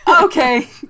Okay